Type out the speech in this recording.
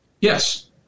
Yes